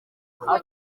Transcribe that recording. uko